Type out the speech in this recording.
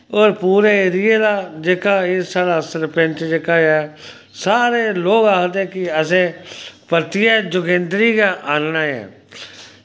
और पूरे एरिये दा जेह्का एह् साढ़ा सरपैंच जेह्का ऐ सारे लोग आखदे कि असें परतियै जोगेन्द्र गी गै आह्नना ऐं